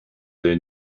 their